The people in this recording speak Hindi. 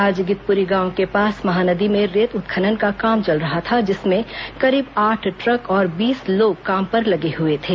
आज गिधपुरी गांव के पास महानदी में रेत उत्खनन का काम चल रहा था जिसमें करीब आठ ट्रक और बीस लोग काम पर लगे हुए थे